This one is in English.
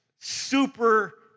super